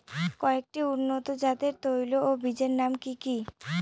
কয়েকটি উন্নত জাতের তৈল ও বীজের নাম কি কি?